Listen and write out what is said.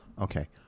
Okay